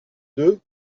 deux